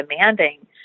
demanding